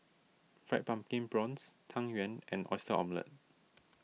Fried Pumpkin Prawns Tang Yuen and Oyster Omelette